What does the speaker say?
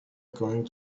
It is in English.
going